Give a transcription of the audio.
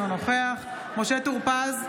אינו נוכח משה טור פז,